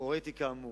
הוריתי כאמור.